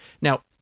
Now